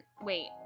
Wait